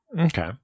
Okay